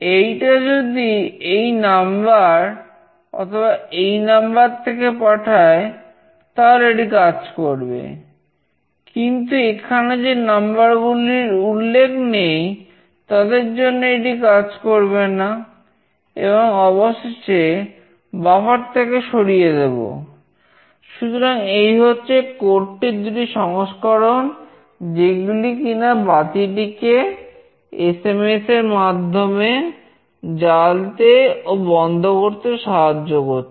এইটা যদি এই নাম্বারমাধ্যমে জ্বালতে ও বন্ধ করতে সাহায্য করছে